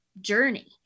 journey